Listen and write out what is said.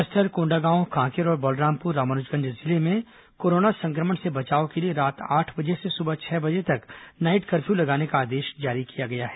बस्तर कोंडागांव कांकेर और बलरामपुर रामानुजगंज जिले में कोरोना संक्रमण से बचाव के लिए रात आठ बजे से सुबह छह बजे तक नाईट कफर्यू लगाने का आदेश जारी किया है